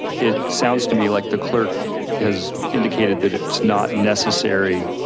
it sounds to me like the clerk has indicated that it's not necessary,